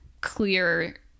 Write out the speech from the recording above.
clear